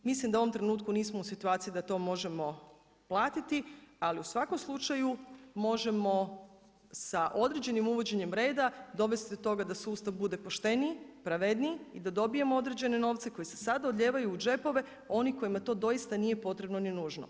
Mislim da u ovom trenutku nismo u situaciji da to možemo platiti, ali u svakom slučaju možemo sa određenim uvođenjem reda dovesti do toga da sustav bude pošteniji, pravedniji i da dobijemo određene novce koji se sada odlijevaju u džepove onih kojima to doista nije potrebno ni nužno.